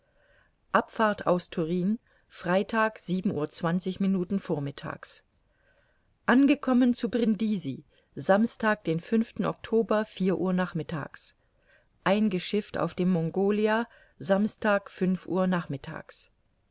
abfahrt aus turin freitag uhr minuten vormittags angekommen zu brindisi samstag den oktober uhr nachm eingeschifft auf dem mongolia samstag fünf uhr nachm